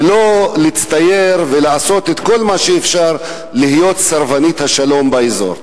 ולא להצטייר ולעשות את כל מה שאפשר כדי להיות סרבנית השלום באזור.